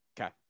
Okay